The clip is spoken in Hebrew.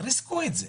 ריסקו את זה.